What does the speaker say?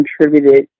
contributed